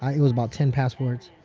it was about ten passports.